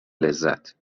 لذت